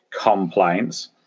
complaints